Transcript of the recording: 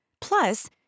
Plus